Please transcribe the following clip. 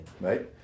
right